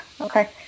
Okay